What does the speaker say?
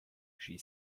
she